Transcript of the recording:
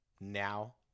now